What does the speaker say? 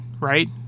right